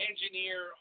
engineer